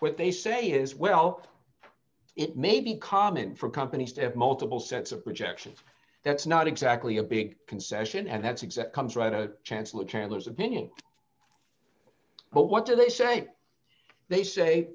what they say is well it may be common for companies to have multiple sets of rejections that's not exactly a big concession and that's exact comes right to chancellor chandler's opinion but what do they say they say